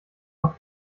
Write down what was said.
noch